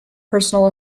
personal